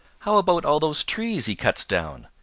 how about all those trees he cuts down?